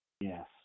Yes